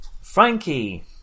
Frankie